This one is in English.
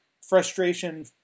frustration